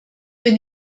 bin